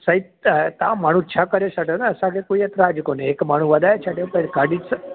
साईं तव्हां माण्हू छह करे छ्ॾो न असांखे कोई एतिराज़ु कोने हिकु माण्हू वधाए छॾियो गाॾी त